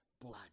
blood